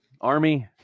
army